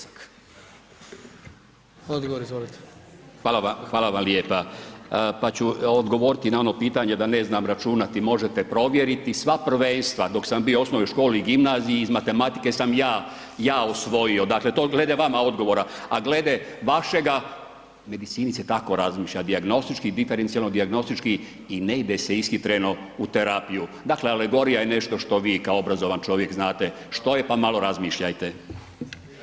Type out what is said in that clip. Hvala vam, hvala vam lijepa, pa ću odgovoriti na ono pitanje da ne znam računati, možete provjeriti, sva prvenstva dok sam bio u osnovnoj školi i gimnaziji iz matematike sam ja, ja osvojio, dakle to glede vama odgovora, a glede vašega, u medicini se tako razmišlja dijagnostički, diferencijalno, dijagnostički i ne ide se isti tren u terapiju, dakle alegorija je nešto što vi kao obrazovan čovjek znate što je, pa malo razmišljajte.